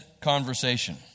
conversation